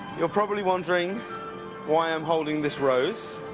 you probably wondering why i'm holding this rose.